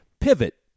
pivot